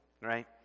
Right